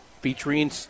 featuring